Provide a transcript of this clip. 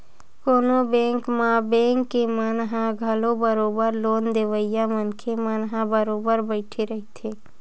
कोनो बेंक म बेंक के मन ह घलो बरोबर लोन देवइया मनखे मन ह बरोबर बइठे रहिथे